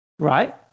Right